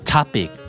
Topic